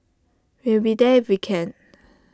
we'll be there we can